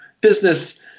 business